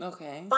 Okay